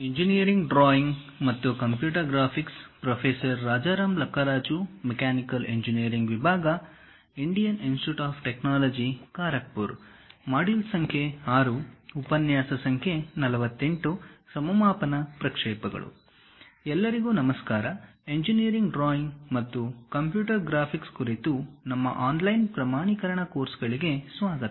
ಸಮಮಾಪನ ಪ್ರಕ್ಷೇಪಗಳು ಎಲ್ಲರಿಗೂ ನಮಸ್ಕಾರ ಇಂಜಿನಿಯರಿಂಗ್ ಡ್ರಾಯಿಂಗ್ ಮತ್ತು ಕಂಪ್ಯೂಟರ್ ಗ್ರಾಫಿಕ್ಸ್ ಕುರಿತು ನಮ್ಮ ಆನ್ಲೈನ್ ಪ್ರಮಾಣೀಕರಣ ಕೋರ್ಸ್ಗಳಿಗೆ ಸ್ವಾಗತ